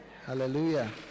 Hallelujah